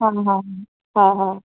हा हा हा हा